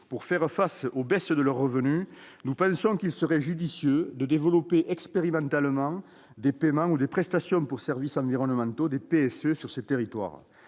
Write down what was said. Pour faire face à ces baisses de revenus, nous pensons qu'il serait judicieux de développer expérimentalement des paiements pour services environnementaux (PSE) sur ces territoires.